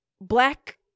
black